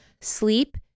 sleep